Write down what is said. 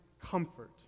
comfort